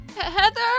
Heather